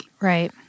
right